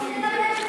נכון?